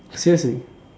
seriously